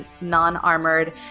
non-armored